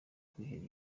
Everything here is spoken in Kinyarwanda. kwihera